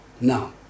Now